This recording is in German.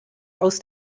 aus